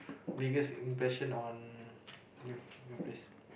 biggest impression on you you place